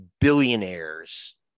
billionaires